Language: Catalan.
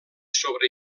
sobre